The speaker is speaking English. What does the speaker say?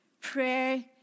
prayer